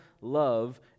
love